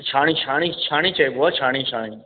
छाणी छाणी छाणी चइबो आहे छाणी